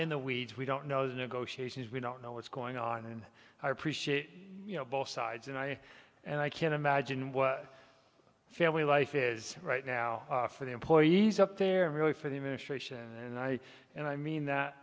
in the weeds we don't know the negotiations we don't know what's going on and i appreciate you know both sides and i and i can't imagine what family life is right now for the employees up there really for the administration and i and i mean that